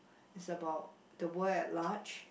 is about the world at large